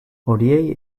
horiei